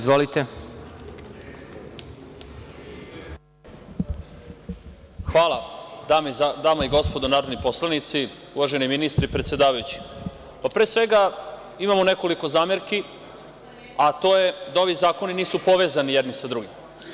Dame i gospodo poslanici, uvaženi ministre i predsedavajući, pre svega imamo nekoliko zamerki, a to je da ovi zakoni nisu povezani jedni sa drugim.